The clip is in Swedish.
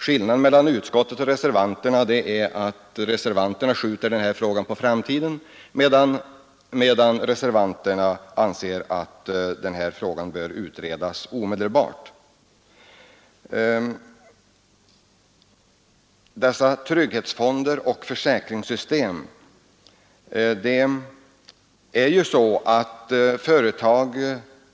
Skillnaden mellan utskottsmajoriteten och reservanterna är att majoriteten skjuter den här frågan på framtiden, medan reservanterna anser att den bör utredas omedelbart. Företag